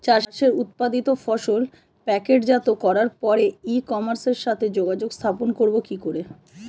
চাষের উৎপাদিত ফসল প্যাকেটজাত করার পরে ই কমার্সের সাথে যোগাযোগ স্থাপন করব কি করে?